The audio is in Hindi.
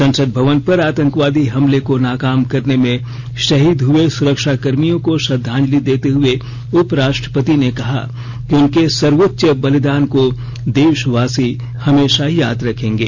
संसद भवन पर आतंकवादी हमले को नाकाम करने में शहीद हुए सुरक्षाकर्मियों को श्रद्धांजलि देते हए उपराष्ट्रपति ने कहा कि उनके सर्वोच्च बलिदान को देशवासी हमेशा याद रखेंगे